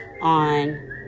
on